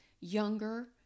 younger